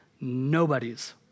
nobody's